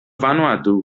vanuatu